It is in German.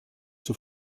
zur